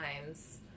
times